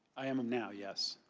i am and now, yes.